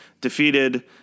defeated